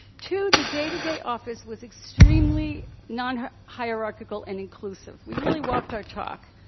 two, the day-to-day office was extremely non-hierarchical and inclusive we really walked our talk,